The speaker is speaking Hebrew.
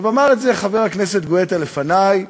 אמר את זה חבר הכנסת גואטה לפני,